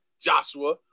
joshua